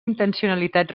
intencionalitat